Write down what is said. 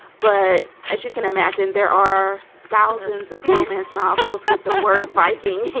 but as you can imagine, there are thousands of romance novels with the word viking.